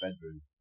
bedroom